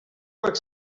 work